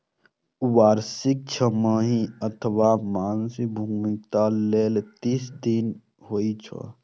वार्षिक, छमाही अथवा त्रैमासिक भुगतान लेल तीस दिन होइ छै